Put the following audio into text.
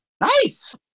Nice